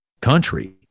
country